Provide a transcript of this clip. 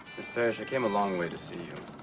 parish, i came a long way to see you.